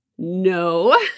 No